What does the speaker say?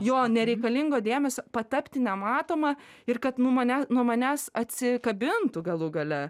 jo nereikalingo dėmesio patapti nematoma ir kad nu mane nuo manęs atsikabintų galų gale